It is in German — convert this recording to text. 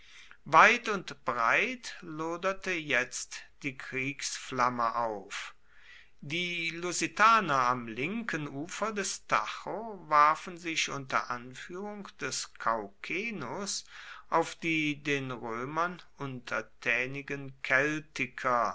weit und breit loderte jetzt die kriegsflamme auf die lusitaner am linken ufer des tajo warfen sich unter anführung des kaukaenus auf die den römern untertänigen